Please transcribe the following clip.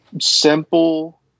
simple